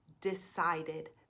decided